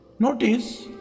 Notice